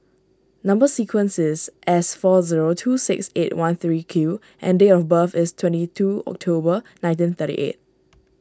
Number Sequence is S four zero two six eight one three Q and date of birth is twenty two October nineteen thirty eight